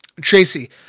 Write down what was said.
Tracy